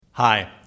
Hi